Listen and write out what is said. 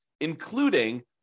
including